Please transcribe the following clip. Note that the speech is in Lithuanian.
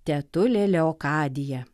tetulė leokadija